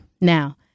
Now